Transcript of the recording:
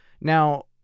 Now